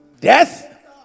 death